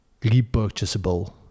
repurchasable